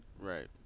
Right